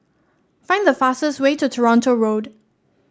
find the fastest way to Toronto Road